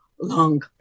long